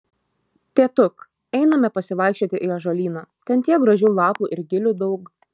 tėtuk einame pasivaikščioti į ąžuolyną ten tiek gražių lapų ir gilių daug